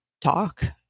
talk